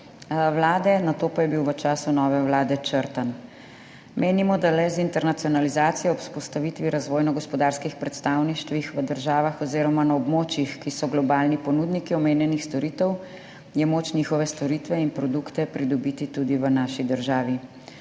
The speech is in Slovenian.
vlade, nato pa je bil v času nove vlade črtan. Menimo, da je le z internacionalizacijo ob vzpostavitvi razvojno-gospodarskih predstavništev v državah oziroma na območjih, ki so globalni ponudniki omenjenih storitev, moč njihove storitve in produkte pridobiti tudi v naši državi.